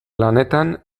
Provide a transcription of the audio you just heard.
lanetan